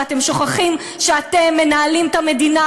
ואתם שוכחים שאתם מנהלים את המדינה.